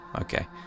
okay